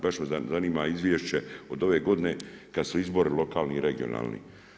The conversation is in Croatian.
Baš me zanima izviješće od ove godine kad su izbori lokalni i regionalni.